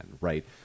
Right